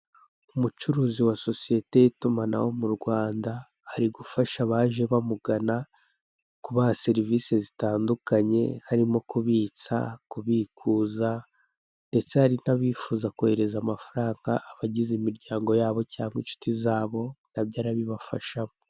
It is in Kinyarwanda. Umucuruzi wa sosiyete y'itumanaho mu Rwanda, ari gufasha abaje bamugana kubaha serivise zitandukanye, harimo kubitsa, kubikuza, ndetse hari n'abifuza koherereza amafaranga abagize imiryango yabo cyangwa inshuti zabo nabyo arabibafashamo.